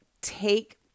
take